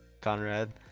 Conrad